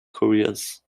couriers